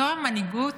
זו המנהיגות?